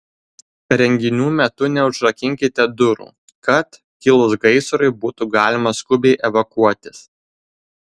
renginių metu neužrakinkite durų kad kilus gaisrui būtų galima skubiai evakuotis